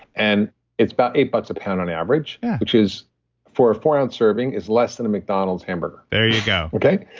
and it's about eight bucks a pound on average, which is for a four ounce serving is less than a mcdonald's hamburger there you go okay,